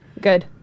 Good